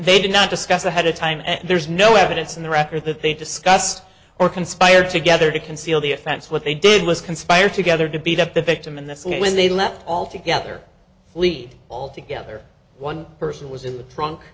they did not discuss ahead of time and there's no evidence in the record that they discussed or conspire together to conceal the offense what they did was conspire together to beat up the victim and that's when they left all together fleet all together one person was in the trunk